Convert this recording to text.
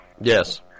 Yes